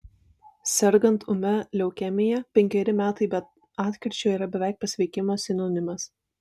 sergant ūmia leukemija penkeri metai be atkryčio yra beveik pasveikimo sinonimas